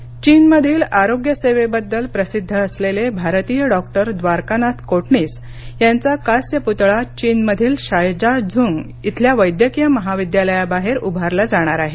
कोटणीस चीनमधील आरोग्यसेवेबद्दल प्रसिद्ध असलेले भारतीय डॉक्टर द्वारकानाथ कोटणीस यांचा कांस्य पुतळा चीनमधील शायजाझुंग इथल्या वैद्यकीय महाविद्यालयाबाहेर उभारला जाणार आहे